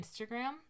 Instagram